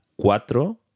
cuatro